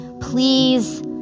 Please